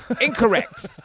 incorrect